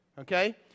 okay